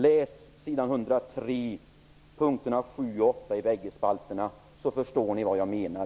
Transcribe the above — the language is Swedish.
Läs s. 103 p. 7 och 8 i bägge spalterna, så förstår ni vad jag menar!